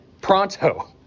pronto